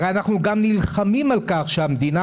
הרי אנחנו גם נלחמים על כך שהמדינה